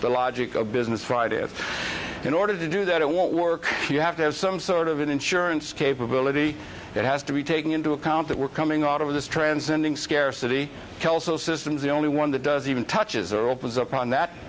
the logic of business right is in order to do that it won't work you have to have some sort of an insurance capability that has to be taking into account that we're coming out of this transcending scarcity kelso system is the only one that does even touches or opens upon that